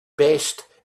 best